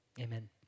Amen